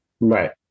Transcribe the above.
Right